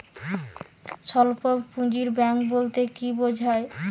স্বল্প পুঁজির ব্যাঙ্ক বলতে কি বোঝায়?